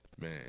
man